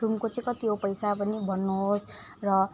रुमको चाहिँ कति हो पैसा पनि भन्नुहोस् र